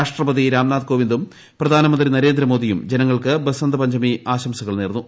രാഷ്ട്രപതി രാംനാഥ് കോവിന്ദും പ്രധാനമന്ത്രി നരേന്ദ്രമോദിയും ജനങ്ങൾക്ക് ബസന്ത്പഞ്ചമി ആശംസകൾ നേർന്നു